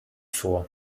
vor